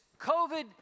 COVID